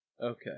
Okay